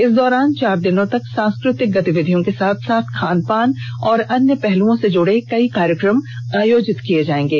इस दौरान चार दिनों तक सांस्कृतिक गतिविधियों के साथ साथ खान पान और अन्य पहलुओं से जुड़े कई कार्यक्रम आयोजित किये जायेंगे